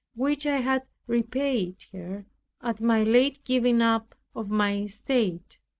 which i had repaid her at my late giving up of my estate.